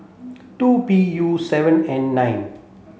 two P U seven N nine